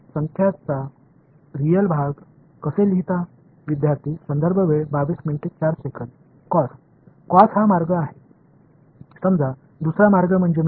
எனவே இதை நான் உங்களிடம் எளிமைப்படுத்த சொன்னாள் ஒரு சிக்கலான எண்ணின் உண்மையான பகுதியை நீங்கள் எவ்வாறு எழுதுவீர்கள்